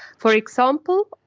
for example,